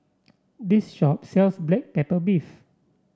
this shop sells Black Pepper Beef